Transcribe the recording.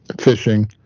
fishing